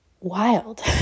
wild